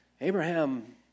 Abraham